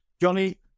Johnny